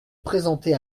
présenter